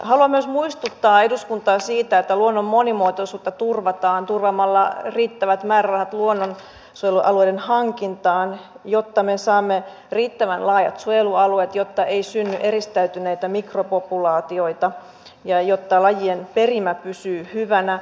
haluan myös muistuttaa eduskuntaa siitä että luonnon monimuotoisuutta turvataan turvaamalla riittävät määrärahat luonnonsuojelualueiden hankintaan jotta me saamme riittävän laajat suojelualueet jotta ei synny eristäytyneitä mikropopulaatioita ja jotta lajien perimä pysyy hyvänä